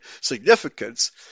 significance